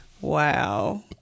Wow